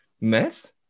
mess